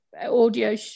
audio